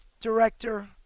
director